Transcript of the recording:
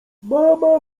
mama